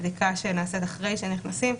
הבדיקה שנעשית אחרי שנכנסים,